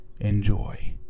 Enjoy